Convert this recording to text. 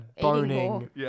boning